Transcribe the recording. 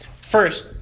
First